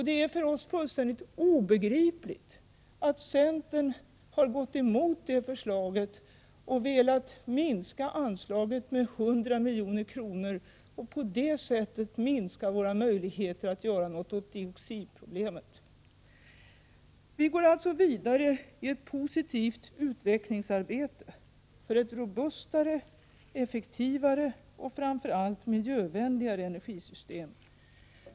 Det är för oss fullständigt obegripligt att centern har gått emot det förslaget och velat minska anslaget med 100 milj.kr. och på det sättet velat minska våra möjligheter att göra något åt dioxidproblemet. Vi går alltså vidare i ett positivt utvecklingsarbete för ett robustare, effektivare och framför allt miljövänligare energisystem.